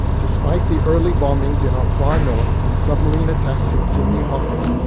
despite the early bombings in our far north and submarine attacks in sydney harbour,